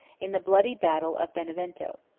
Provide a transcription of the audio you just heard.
in the bloody battle of benevento.